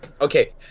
Okay